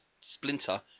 Splinter